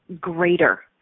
greater